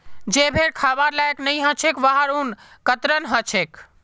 जे भेड़ खबार लायक नई ह छेक वहार ऊन कतरन ह छेक